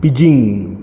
Beijing